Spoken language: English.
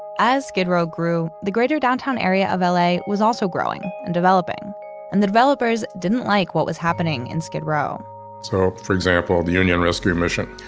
as skid row grew, the greater downtown area of la was also growing and developing and the developers didn't like what was happening in skid row so for example, the union rescue mission,